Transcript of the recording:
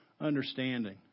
understanding